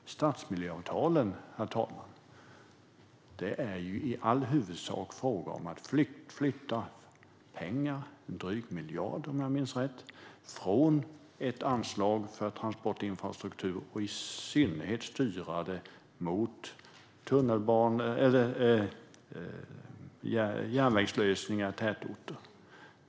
Herr talman! Stadsmiljöavtalen är i all huvudsak en fråga om att flytta pengar - drygt 1 miljard om jag minns rätt - från ett anslag för transportinfrastruktur och styra det mot i synnerhet järnvägslösningar i tätorter.